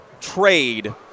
trade